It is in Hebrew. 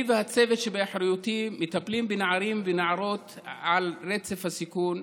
אני והצוות שבאחריותי מטפלים בנערים ונערות על רצף הסיכון,